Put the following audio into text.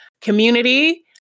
Community